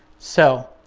so